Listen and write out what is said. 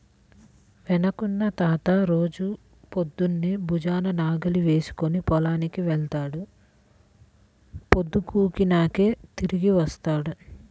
వెంకన్న తాత రోజూ పొద్దన్నే భుజాన నాగలి వేసుకుని పొలానికి వెళ్తాడు, పొద్దుగూకినాకే తిరిగొత్తాడు